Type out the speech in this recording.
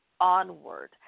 onward